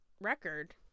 record